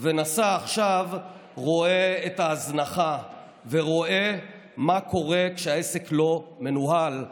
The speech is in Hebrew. ונסע עכשיו רואה את ההזנחה ורואה מה קורה כשהעסק לא מנוהל.